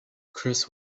chris